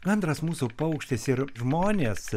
gandras mūsų paukštis ir žmonės